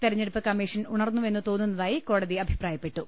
തെരഞ്ഞെടുപ്പ് കമ്മീഷൻ ഉണർന്നുവെന്ന് തോന്നുന്നതായി കോടതി അഭിപ്രായപ്പെട്ടു